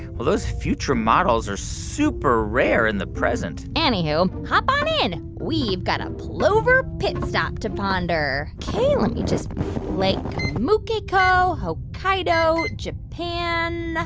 well, those future models are super rare in the present anywho, hop on in. we've got a plover pit stop to ponder. ok, let me just lake komukeiko, hokkaido, japan.